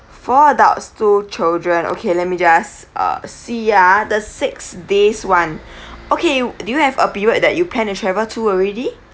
four adults two children okay let me just uh see ah the six days [one] okay do you have a period that you plan to travel to already